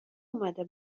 اومده